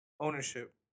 Ownership